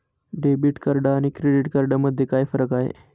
Debit आणि credit card मध्ये काय फरक आहे?